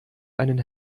einen